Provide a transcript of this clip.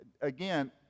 Again